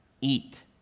eat